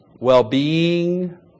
well-being